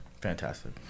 fantastic